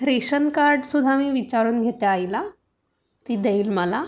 ration कार्डसुद्धा मी विचारून घेते आईला ती देईल मला